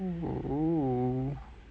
oo